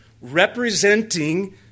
representing